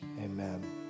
amen